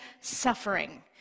suffering